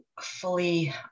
fully